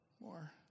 More